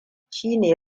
shine